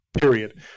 period